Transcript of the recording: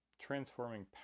transforming